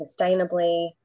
sustainably